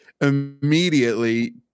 immediately